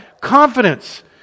confidence